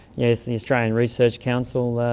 yes, the australian research council,